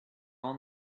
all